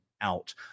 out